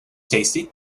tasty